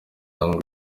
young